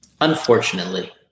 unfortunately